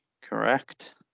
Correct